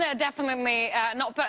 ah definitely yeah not. but